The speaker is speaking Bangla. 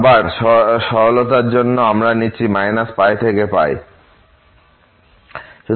আবার সরলতার জন্য আমরা নিচ্ছি π π